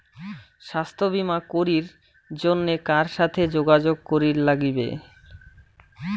স্বাস্থ্য বিমা করির জন্যে কার সাথে যোগাযোগ করির নাগিবে?